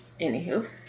Anywho